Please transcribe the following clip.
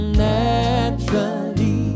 naturally